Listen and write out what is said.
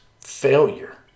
failure